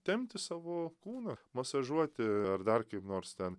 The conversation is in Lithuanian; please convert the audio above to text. tempti savo kūną masažuoti ar dar kaip nors ten